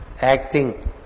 acting